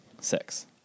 six